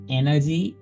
energy